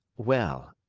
well,